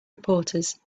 reporters